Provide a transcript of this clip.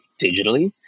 digitally